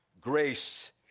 Grace